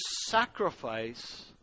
sacrifice